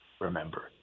remember